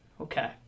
okay